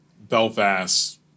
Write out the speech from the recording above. Belfast